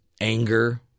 anger